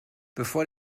bevor